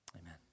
Amen